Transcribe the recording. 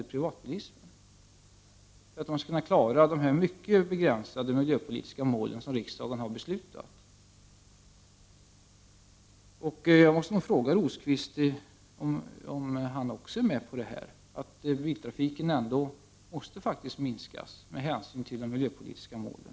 Det är nödvändigt för att vi skall kunna klara de mycket begränsade miljöpolitiska mål som riksdagen har beslutat om. Jag måste i detta sammanhang fråga Birger Rosqvist om han går med på att biltrafiken faktiskt ändå måste minska i omfattning med hänsyn till de miljöpolitiska målen.